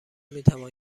میتوان